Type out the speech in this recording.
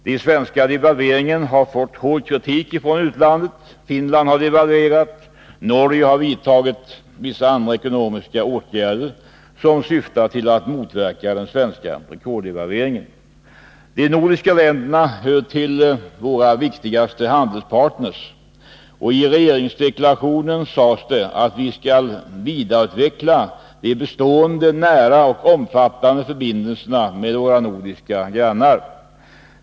Den svenska devalveringen har fått hård kritik från utlandet. Finland har devalverat, och Norge har vidtagit vissa andra ekonomiska åtgärder, som syftar till att motverka den svenska rekorddevalveringen. De nordiska länderna hör till våra viktigaste handelspartners. I regeringsdeklarationen sades det att vi vill vidareutveckla de bestående, nära och omfattande förbindelserna med våra nordiska grannar.